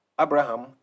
abraham